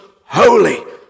holy